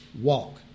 walk